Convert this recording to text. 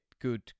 good